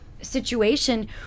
situation